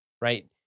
right